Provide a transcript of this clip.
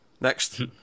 Next